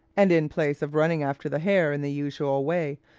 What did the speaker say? and in place of running after the hare in the usual way,